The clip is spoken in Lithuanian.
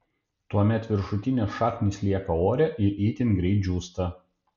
tuomet viršutinės šaknys lieka ore ir itin greit džiūsta